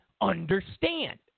understand